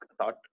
thought